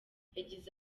yagize